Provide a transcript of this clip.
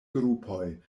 grupoj